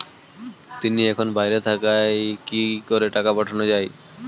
তিনি এখন বাইরে থাকায় কি করে টাকা পাঠানো য়ায়?